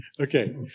Okay